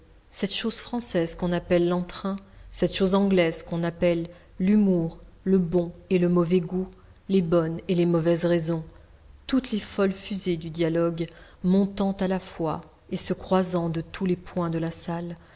cette chose française qu'on appelle l'entrain cette chose anglaise qu'on appelle l'humour le bon et le mauvais goût les bonnes et les mauvaises raisons toutes les folles fusées du dialogue montant à la fois et se croisant de tous les points de la salle